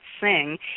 sing